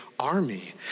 Army